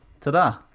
Ta-da